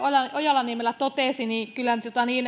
ojala niemelä totesi kyllä